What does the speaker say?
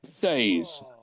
days